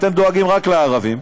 אתם דואגים רק לערבים,